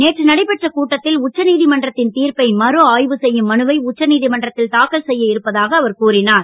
நேற்று நடைபெற்ற கூட்டத்தில் உச்ச நீதிமன்றத்தின் தீர்ப்பை மறுஆய்வு செய்யும் மனுவை உச்ச நீதிமன்றத்தில் தாக்கல் செய்ய இருப்பதாகக் கூறினார்